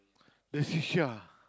the Shisha